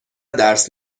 درس